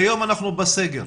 כיום אנחנו בסגר,